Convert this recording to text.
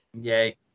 yay